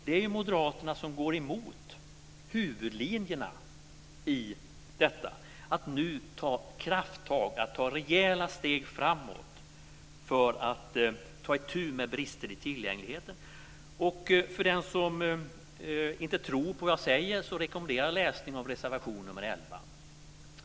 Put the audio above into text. Det är ju moderaterna som går emot huvudlinjerna i detta med att nu ta krafttag, att ta rejäla steg framåt för att ta itu med brister i tillgängligheten. För den som inte tror på vad jag säger rekommenderar jag läsning av reservation 11.